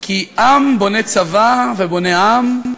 כי עם בונה צבא ובונה עם,